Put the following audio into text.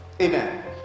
Amen